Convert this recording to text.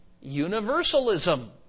universalism